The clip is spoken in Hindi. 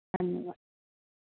धन्यवाद